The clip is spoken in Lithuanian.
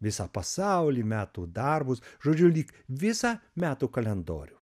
visą pasaulį metų darbus žodžiu lyg visą metų kalendorių